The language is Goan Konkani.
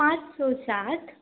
पांच सो सात